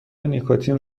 نیکوتین